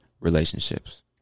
relationships